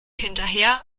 hinterher